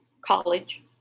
college